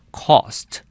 ？cost，